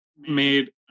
made